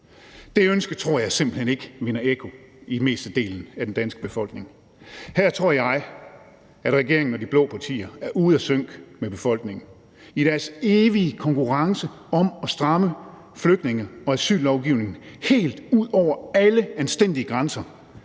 Det ønske tror jeg simpelt hen ikke vinder ekko i mestedelen af den danske befolkning. Her tror jeg, at regeringen og de blå partier er ude af sync med befolkningen i deres evige konkurrence om at stramme flygtninge- og asyllovgivningen helt ud over alle anstændige grænser